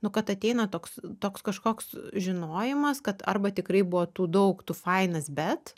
nu kad ateina toks toks kažkoks žinojimas kad arba tikrai buvo tų daug tu fainas bet